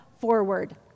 forward